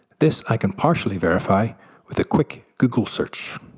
this i can partially verify with a quick google search.